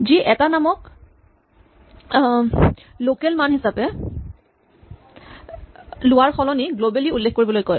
যি এটা নামক লোকেল মান হিচাপে লোৱাৰ সলনি গ্লৱেলী উল্লেখ কৰিবলৈ কয়